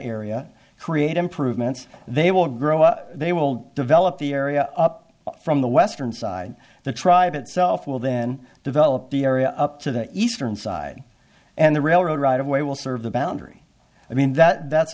area create improvements they will grow up they will develop the area up from the western side the tribe itself will then develop the area up to the eastern side and the railroad right of way will serve the boundary i mean that